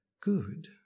good